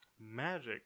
magic